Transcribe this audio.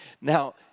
Now